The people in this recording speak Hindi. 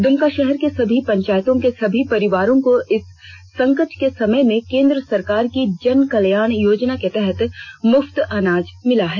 द्मका शहर के सभी पंचायतों के सभी परिवारों को इस संकट के समय में केंद्र सरकार की जन कल्याण योजना के तहत मुफ्त अनाज मिला है